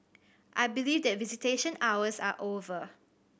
I believe that visitation hours are over